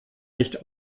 nicht